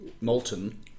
molten